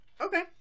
Okay